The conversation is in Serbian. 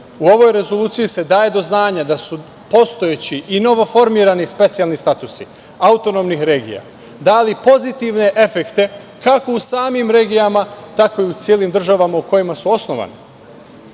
U ovoj rezoluciji se daje do znanja da su postojeći i novoformirani specijalni statusi autonomnih regija dali pozitivne efekte kako u samim regijama, tako i u celim državama u kojima su osnovane. Dakle,